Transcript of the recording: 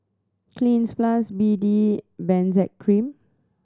Cleanz Plus B D Benzac Cream